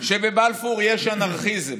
שבבלפור יש אנרכיזם.